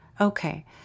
Okay